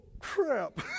crap